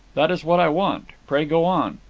that is what i want. pray go on.